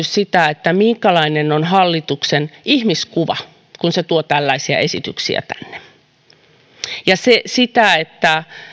sitä minkälainen on hallituksen ihmiskuva kun se tuo tällaisia esityksiä tänne ja sitä että